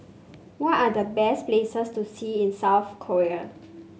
what are the best places to see in South Korea